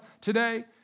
today